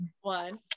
one